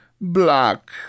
black